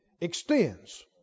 extends